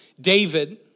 David